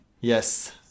Yes